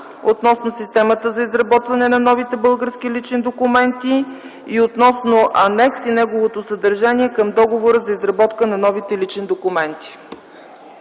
относно системата за изработване на новите български лични документи и относно анекс и неговото съдържание към договора за изработване на новите лични документи.